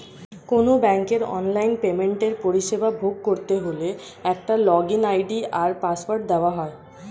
কোনো ব্যাংকের অনলাইন পেমেন্টের পরিষেবা ভোগ করতে হলে একটা লগইন আই.ডি আর পাসওয়ার্ড দেওয়া হয়